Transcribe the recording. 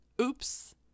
Oops